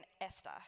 Esther